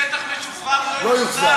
שטח משוחרר לא יוחזר.